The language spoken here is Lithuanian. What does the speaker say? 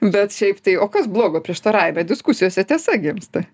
bet šiaip tai o kas blogo prieštaravime diskusijose tiesa gimsta